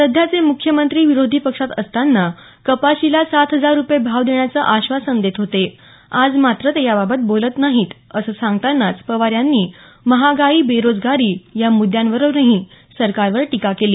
सध्याचे मुख्यमंत्री विरोधी पक्षात असताना कपाशीला सात हजार रुपये भाव देण्याचं आश्वासन देत होते आज मात्र ते याबाबत बोलत नाहीत असं सांगतानाच पवार यांनी महागाई बेरोजगारी आज मुद्यांवरूनही सरकारवर टीका केली